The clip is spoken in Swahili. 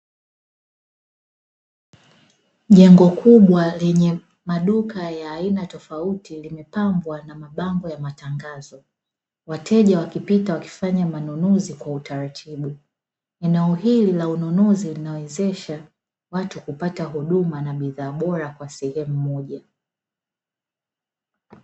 Jengo kubwa lenye maduka ya aina tofauti limepambwa na mabango ya matangazo. Wateja wakipita wakifanya manunuzi kwa utaratibu, eneo hili la ununuzi linawezesha watu kupata huduma na bidhaa bora kwa sehemu moja.